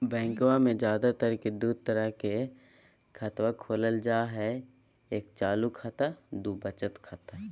बैंकवा मे ज्यादा तर के दूध तरह के खातवा खोलल जाय हई एक चालू खाता दू वचत खाता